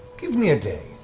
give me a day.